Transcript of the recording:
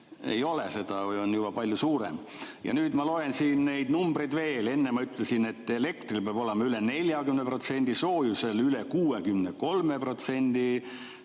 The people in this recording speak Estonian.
ei ole seda või on juba palju suurem. Ja nüüd ma loen siit neid numbreid veel. Enne ma ütlesin, et elektril peab see [näitaja] olema üle 40%, soojusel üle 63%,